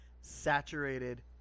saturated